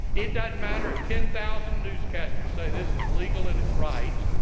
it doesn't matter if ten thousand newscasters say this is legal and it's right.